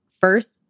first